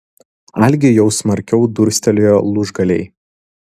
algiui jau smarkiau durstelėjo lūžgaliai